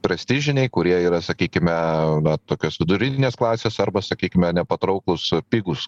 prestižiniai kurie yra sakykime na tokios vidurinės klasės arba sakykime nepatrauklūs pigūs